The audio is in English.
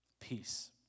Peace